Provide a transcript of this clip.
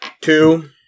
Two